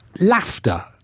laughter